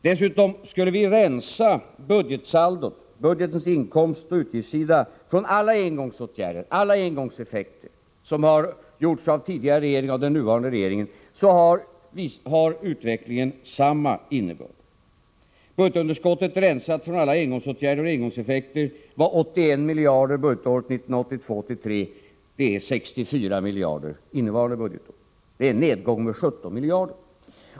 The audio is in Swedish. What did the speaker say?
Dessutom: Skulle vi rensa budgetsaldot, budgetens — 12 december 1984 inkomstoch utgiftssida, från effekterna av alla engångsåtgärder som har vidtagits av tidigare regeringar och den nuvarande regeringen, har utveck ;: Z E Den ekonomiska lingen samma innebörd: Budgetunderskottet, nensat från alla engångsåtgärpolitiken på medelder, var 81 miljarder budgetåret 1982/83, och det är 64 miljarder innevarande lång sikt budgetår. Det är en nedgång med 17 miljarder.